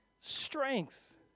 strength